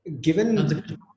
given